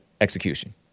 execution